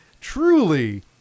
truly